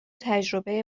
تجربه